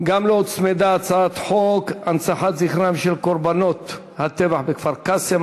הוצמדה הצעת חוק שלו להצעת חוק הנצחת זכרם של קורבנות הטבח בכפר-קאסם,